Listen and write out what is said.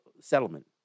settlement